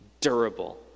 durable